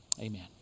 Amen